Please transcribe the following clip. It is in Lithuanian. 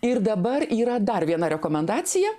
ir dabar yra dar viena rekomendacija